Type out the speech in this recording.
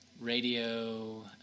radio